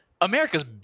america's